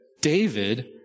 David